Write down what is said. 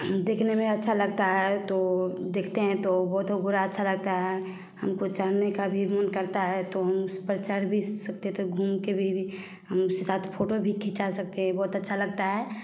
देखने में अच्छा लगता है तो देखते हैं तो वो तो घोड़ा अच्छा लगता है हमको चढ़ने का भी मन करता है तो हम उस पर चढ़ भी सकते थे घूमके भी हम साथ फ़ोटो भी खींचा सकते हैं बहुत अच्छा लगता है